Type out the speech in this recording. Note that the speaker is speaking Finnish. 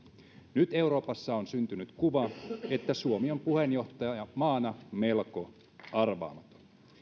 nyt euroopassa on syntynyt kuva että suomi on puheenjohtajamaana melko arvaamaton